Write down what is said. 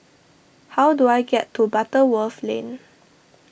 how do I get to Butterworth Lane